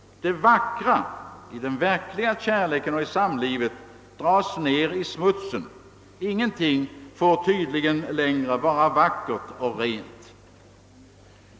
Det vackra i den verkliga kärleken och i samlivet dras ned i smutsen. Ingenting får tydligen längre vara vackert och rent.